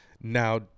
now